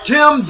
Tim